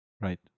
Right